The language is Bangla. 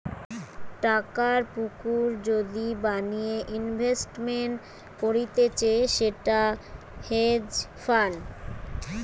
টাকার পুকুর যদি বানিয়ে ইনভেস্টমেন্ট করতিছে সেটা হেজ ফান্ড